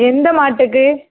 எந்த மாட்டுக்கு